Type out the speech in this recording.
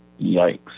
yikes